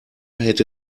hätte